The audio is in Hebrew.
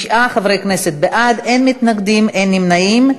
תשעה חברי כנסת בעד, אין מתנגדים, אין נמנעים.